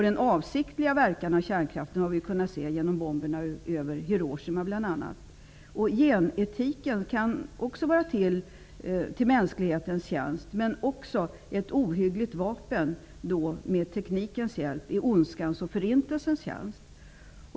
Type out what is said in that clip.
Den avsiktliga verkan av kärnkraften har vi ju kunnat se, bl.a. när det gäller bomberna över Hiroshima. Genetiken kan också stå till mänsklighetens tjänst. Men den kan även vara ett ohyggligt vapen med teknikens hjälp i ondskans och förintelsens tjänst.